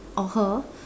or her